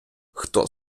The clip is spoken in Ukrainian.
хто